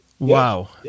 Wow